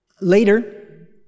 Later